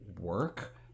work